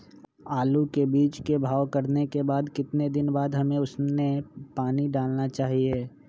आलू के बीज के भाव करने के बाद कितने दिन बाद हमें उसने पानी डाला चाहिए?